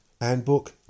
handbook